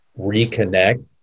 reconnect